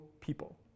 people